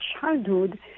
childhood